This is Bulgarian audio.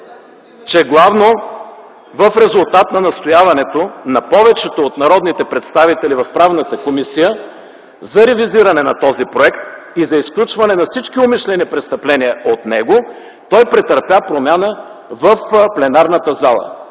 че главно в резултат на настояването на повечето от народните представители в Комисията по правни въпроси за ревизиране на този проект и за изключване на всички умишлени престъпления от него, той претърпя промяна в пленарната зала.